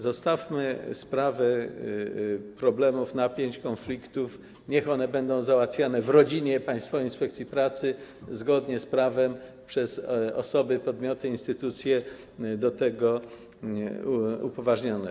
Zostawmy sprawy problemów, napięć, konfliktów, niech one będą załatwiane w rodzinie Państwowej Inspekcji Pracy zgodnie z prawem przez osoby, podmioty, instytucje do tego upoważnione.